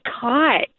caught